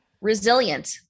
resilient